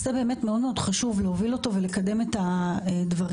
שמאוד חשוב להוביל ולקדם את הנושא הזה.